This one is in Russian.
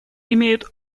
имеют